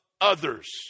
others